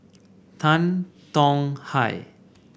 Tan Tong Hye